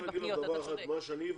מה שאני הבנתי,